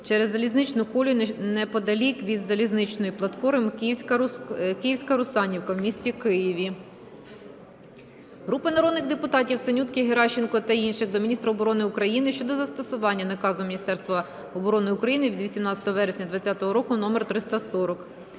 через залізничну колію, неподалік від залізничної платформи "Київська Русанівка" у місті Києві. Групи народних депутатів (Синютки, Геращенко та інших) до міністра оборони України щодо застосування наказу Міністерства оборони України від 18 вересня 2020 року номер 340.